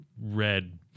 red